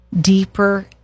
deeper